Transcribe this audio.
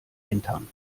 entern